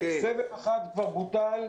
סבב אחד כבר בוטל,